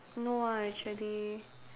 no ah actually